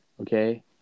okay